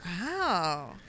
Wow